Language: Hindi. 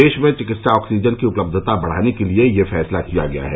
देश में चिकित्सा ऑक्सीजन की उपलब्धता बढ़ाने के लिए यह फैसला किया गया है